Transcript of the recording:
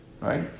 Right